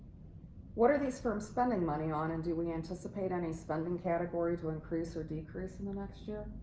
what are these firms spending money on and do we anticipate any spending category to increase or decrease in the next year?